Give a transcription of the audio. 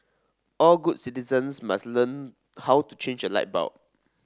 all good citizens must learn how to change a light bulb